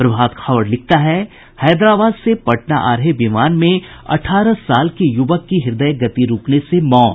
प्रभात खबर लिखता है हैदराबाद से पटना आ रहे विमान में अठारह साल के युवक की हृदय गति रूकने से मौत